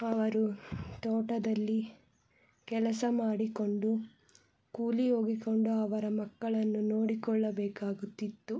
ಅವರು ತೋಟದಲ್ಲಿ ಕೆಲಸ ಮಾಡಿಕೊಂಡು ಕೂಲಿ ಹೋಗಿಕೊಂಡು ಅವರ ಮಕ್ಕಳನ್ನು ನೋಡಿಕೊಳ್ಳಬೇಕಾಗುತ್ತಿತ್ತು